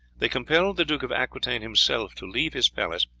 they compelled the duke of aquitaine himself to leave his palace,